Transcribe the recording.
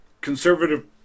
conservative